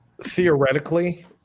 theoretically